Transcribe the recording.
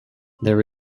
there